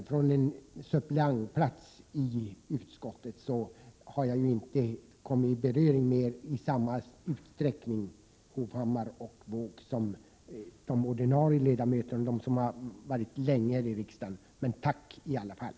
Som innehavare av en suppleantplats i utskottet har jag inte i samma utsträckning som de ordinarie ledamöterna, som har varit i riksdagen länge, kommit i beröring med Nils Erik Wååg och Erik Hovhammar. Men tack i alla fall!